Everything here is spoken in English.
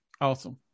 Awesome